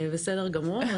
בסדר גמור.